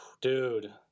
Dude